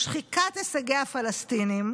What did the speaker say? לשחיקת הישגי הפלסטינים